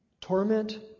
Torment